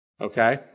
Okay